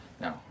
No